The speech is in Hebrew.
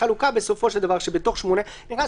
החלוקה בסופו של דבר שבתוך סעיף 8 נכנס